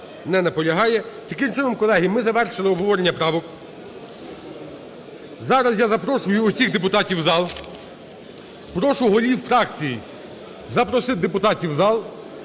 Не наполягає. Таким чином, колеги, ми завершили обговорення правок. Зараз я запрошую усіх депутатів в зал. Прошу голів фракцій запросити депутатів в зал.